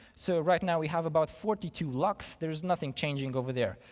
so right now, we have about forty two locks, there's nothing changing over there.